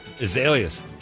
azaleas